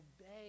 obey